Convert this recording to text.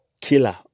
killer